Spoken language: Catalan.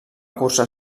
cursar